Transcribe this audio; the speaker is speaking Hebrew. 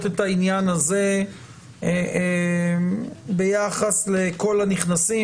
את העניין הזה ביחס לכל הנכנסים,